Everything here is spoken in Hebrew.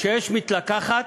כשאש מתלקחת,